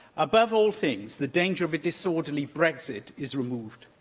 above all things, the danger of a disorderly brexit is removed.